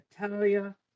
Natalia